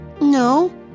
No